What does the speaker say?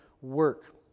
work